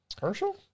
Herschel